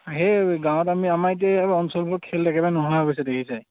সেই গাঁৱত আমি আমাৰ এতিয়া অঞ্চলবোৰ খেল একবাৰে নোহোৱা হৈ গৈছে দেখিছাই